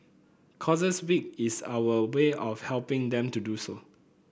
Causes Week is our way of helping them to do so